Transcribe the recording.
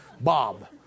Bob